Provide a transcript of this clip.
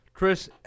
Chris